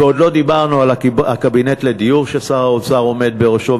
ועוד לא דיברנו על הקבינט לדיור ששר האוצר עומד בראשו,